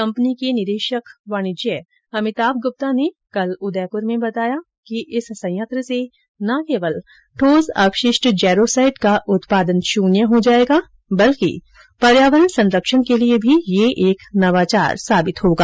company के निदेशक वाणिज्य अमिताभ ग्रप्ता ने कल उदयपुर में बताया कि इस संयंत्र से न केवल ठोस अपशिष्ठ जेरोसाईट का उत्पादन शून्य हो जाएगा बल्कि पर्यावरण सरंक्षण के लिए भी यह एक नवाचार साबित होगा